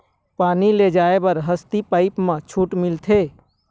पानी ले जाय बर हसती पाइप मा छूट मिलथे?